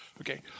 Okay